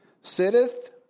sitteth